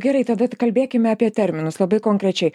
gerai tada kalbėkime apie terminus labai konkrečiai